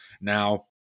Now